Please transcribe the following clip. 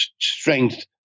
strength